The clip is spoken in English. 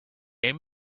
aim